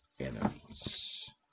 enemies